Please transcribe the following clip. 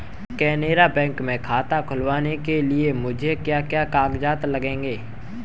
Canara bank में खाता खुलवाने के लिए मुझे क्या क्या कागजात लगेंगे?